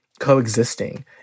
coexisting